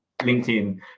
LinkedIn